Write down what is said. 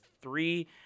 three